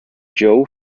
joe